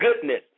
goodness